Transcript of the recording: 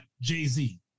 Jay-Z